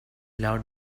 loved